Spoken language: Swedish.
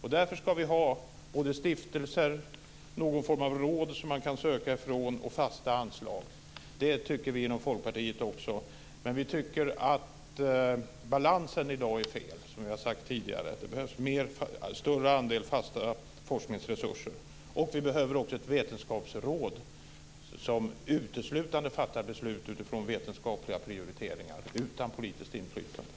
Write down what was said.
Därför ska vi ha både stiftelser, någon form av råd som man kan söka medel från och någon form av fasta anslag. Det tycker även vi inom Folkpartiet. Men vi tycker, som vi har sagt tidigare, att balansen i dag är fel. Det behövs en större andel fasta forskningsresurser. Vi behöver också ett vetenskapsråd som uteslutande fattar beslut utifrån vetenskapliga prioriteringar utan politiskt inflytande.